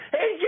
Hey